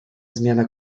zmiana